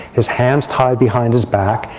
his hands tied behind his back,